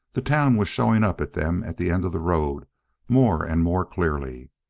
the town was shoving up at them at the end of the road more and more clearly.